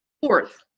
fourth,